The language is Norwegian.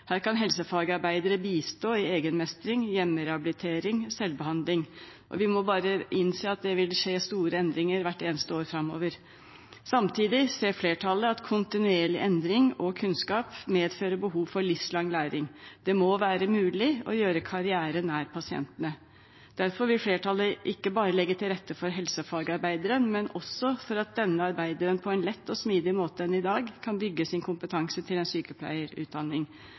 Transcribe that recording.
Her kan helsefagarbeidere bistå i egenmestring, hjemmerehabilitering og selvbehandling. Vi må bare innse at det vil skje store endringer hvert eneste år framover. Samtidig ser flertallet at kontinuerlig endring og kunnskap medfører behov for livslang læring. Det må være mulig å gjøre karriere nær pasientene. Derfor vil flertallet ikke bare legge til rette for helsefagarbeidere, men også for at disse arbeiderne på en lettere og smidigere måte enn i dag kan bygge sin kompetanse til en sykepleierutdanning.